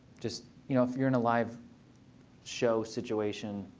just you know if you're in a live show situation,